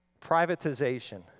Privatization